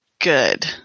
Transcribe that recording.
good